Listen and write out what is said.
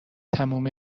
تموم